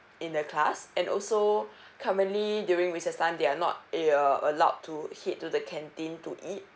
in the class and also currently during recess time they are not uh allowed to head to the canteen to eat